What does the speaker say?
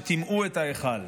שטימאו את ההיכל".